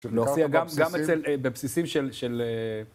נוסע גם בבסיסים של...